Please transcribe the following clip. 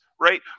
right